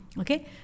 okay